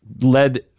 led